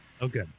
okay